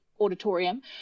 auditorium